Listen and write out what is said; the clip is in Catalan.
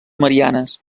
mariannes